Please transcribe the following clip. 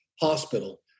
hospital